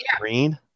green